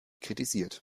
kritisiert